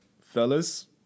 fellas